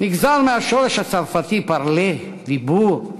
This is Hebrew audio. נגזר מהשורש הצרפתי parler, דיבור.